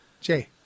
Jay